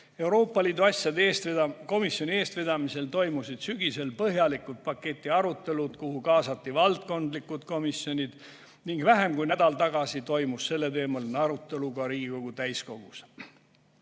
Euroopa Liidu asjade komisjoni eestvedamisel toimusid sügisel põhjalikud paketi arutelud, kuhu kaasati valdkondlikud komisjonid, ning vähem kui nädal tagasi toimus selleteemaline arutelu ka Riigikogu täiskogus.